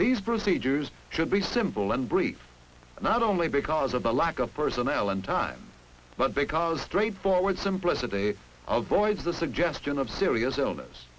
these procedures should be simple and brief not only because of the lack of personnel and time but because straightforward simplicity of boys the suggestion of serious illness